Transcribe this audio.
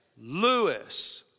Lewis